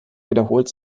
wiederholt